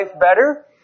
better